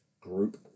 group